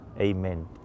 Amen